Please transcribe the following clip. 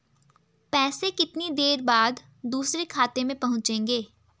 पैसे कितनी देर बाद दूसरे खाते में पहुंचेंगे?